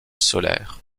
solaire